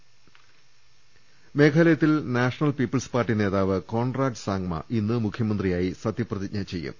ള ൽ ൾ മേഘാലയത്തിൽ നാഷണൽ പീപ്പിൾസ് പാർട്ടി നേതാവ് കോൺറാഡ് സാങ്മ ഇന്ന് മുഖ്യമന്ത്രിയായി സത്യപ്രതിജ്ഞ ചെയ്യും